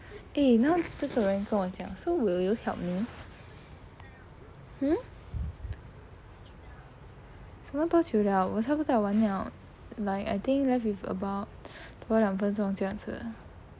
eh now 这个人跟我讲 so will you help me mm 什么多久了我差不多要完了 like I think left with about 多两分钟这样子